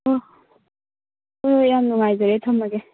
ꯑꯣ ꯍꯣꯏ ꯍꯣꯏ ꯌꯥꯝ ꯅꯨꯡꯉꯥꯏꯖꯔꯦ ꯊꯝꯃꯒꯦ